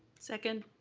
second.